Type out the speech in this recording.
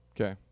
okay